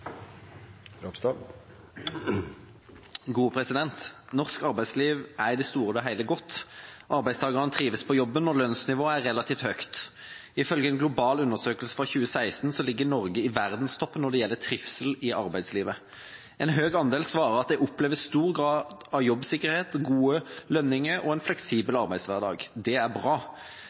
det store og hele godt. Arbeidstakerne trives på jobben, og lønnsnivået er relativt høyt. Ifølge en global undersøkelse fra 2016 ligger Norge i verdenstoppen når det gjelder trivsel i arbeidslivet. En høy andel svarer at de opplever stor grad av jobbsikkerhet, gode lønninger og en fleksibel arbeidshverdag. Det er bra.